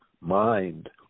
mind